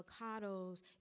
avocados